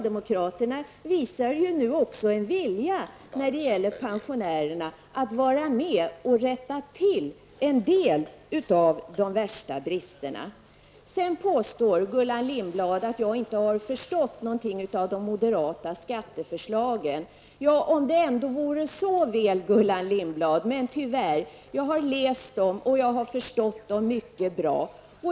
De visar nu också en vilja att vara med och rätta till en del av de värsta bristerna när det gäller pensionärerna. Sedan påstår Gullan Lindblad att jag inte har förstått någonting av de moderata skatteförslagen. Ja, om det ändå vore så väl, Gullan Lindblad. Jag har läst dem, och jag har förstått dem mycket bra.